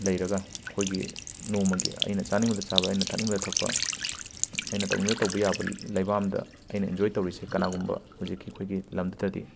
ꯂꯩꯔꯒ ꯑꯩꯈꯣꯏꯒꯤ ꯅꯣꯡꯃꯒꯤ ꯑꯩꯅ ꯆꯥꯅꯤꯡꯕꯇ ꯆꯥꯕ ꯑꯩꯅ ꯊꯛꯅꯤꯡꯕꯇ ꯊꯛꯄ ꯑꯩꯅ ꯇꯧꯅꯤꯡꯕꯇ ꯇꯧꯕ ꯌꯥꯕ ꯂꯩꯕꯥꯛ ꯑꯝꯗ ꯑꯩꯅ ꯑꯦꯟꯖꯣꯏ ꯇꯧꯔꯤꯁꯦ ꯀꯅꯥꯒꯨꯝꯕ ꯍꯧꯖꯤꯛꯀꯤ ꯑꯩꯈꯣꯏꯒꯤ ꯂꯝꯗꯨꯗꯗꯤ